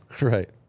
Right